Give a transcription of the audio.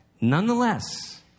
nonetheless